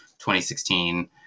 2016